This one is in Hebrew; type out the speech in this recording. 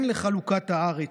כן לחלוקת הארץ,